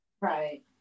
Right